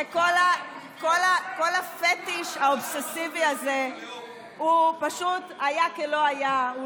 וכל הפטיש האובססיבי הזה פשוט היה כלא היה.